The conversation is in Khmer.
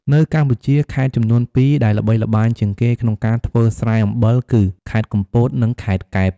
នៅកម្ពុជា ខេត្តចំនួនពីរដែលល្បីល្បាញជាងគេក្នុងការធ្វើស្រែអំបិលគឺ ខេត្តកំពត និងខេត្តកែប។